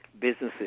businesses